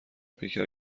پیکر